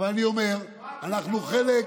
אבל אני אומר שאנחנו חלק,